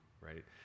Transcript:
right